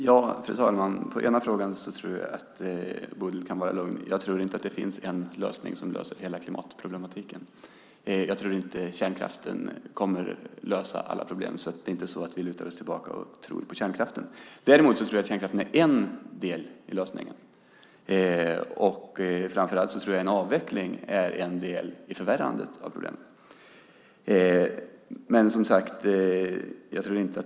Fru talman! När det gäller den första frågan kan Bodil Ceballos nog vara lugn. Jag tror inte att det finns endast en lösning till hela klimatproblematiken. Kärnkraften kommer inte att lösa alla problem. Det är alltså inte så att vi lutar oss tillbaka och tror på enbart kärnkraften. Däremot tror jag att kärnkraften är en del av lösningen, och framför allt tror jag att en avveckling vore en del i förvärrandet av problemet.